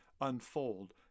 unfold